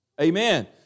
Amen